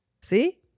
See